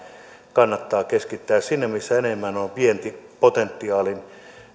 kannattaa keskittää sinne missä on enemmän vientipotentiaalin